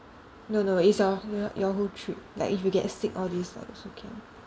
no no it's a y~ your whole trip like if you get sick all this lah also can